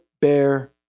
bear